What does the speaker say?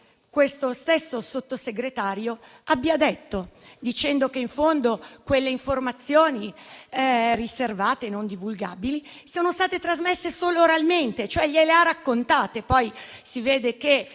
questo stesso Sottosegretario, cioè che in fondo quelle informazioni riservate e non divulgabili sono state trasmesse solo oralmente; gliele ha raccontate. Poi si vede che